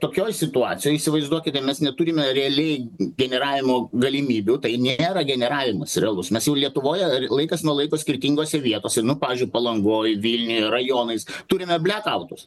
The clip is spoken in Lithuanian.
tokioj situacijoj įsivaizduokite mes neturime realiai generavimo galimybių tai nėra generavimas realus mes jau lietuvoje laikas nuo laiko skirtingose vietose pavyzdžiui palangoj vilniuj rajonais turime blekautus